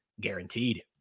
guaranteed